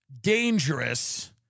dangerous